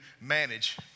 manage